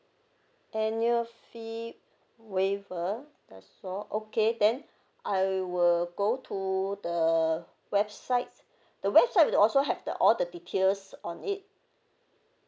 annual fee waiver that's all okay then I will go to the websites the website will also have the all the details on it